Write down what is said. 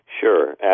Sure